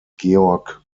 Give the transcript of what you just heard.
georg